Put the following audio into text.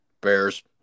Bears